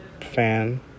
fan